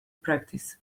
practice